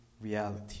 reality